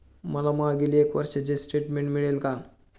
मला मागील एक वर्षाचे स्टेटमेंट मिळेल का?